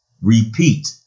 repeat